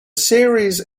series